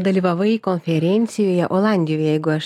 dalyvavai konferencijoje olandijoje jeigu aš